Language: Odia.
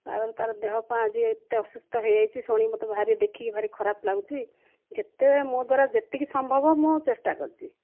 ଆଉ ତାର ଦେହ କ'ଣ ଆଜି ଏତେ ଅସୁସ୍ଥ ହେଇ ଯାଇଛି ଶୁଣି ମୋତେ ଭାରି ଦେଖିକି ଭାରି ଖରାପ ଲାଗୁଛି ଯେତେ ମୋ ଦ୍ୱାରା ଯେତିକି ସମ୍ଭବ ମୁଁ ଚେଷ୍ଟା କରିଛି